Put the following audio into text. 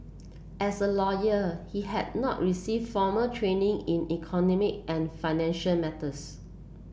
as a lawyer he had not receive formal training in economy and financial matters